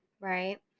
right